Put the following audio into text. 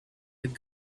had